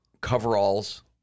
coveralls